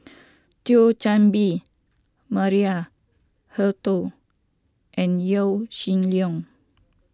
Thio Chan Bee Maria Hertogh and Yaw Shin Leong